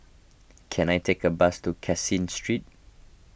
can I take a bus to Caseen Street